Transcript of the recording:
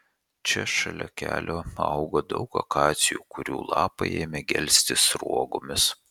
čia šalia kelio auga daug akacijų kurių lapai ėmė gelsti sruogomis